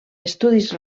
estudis